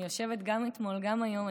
אני יושבת גם אתמול וגם היום,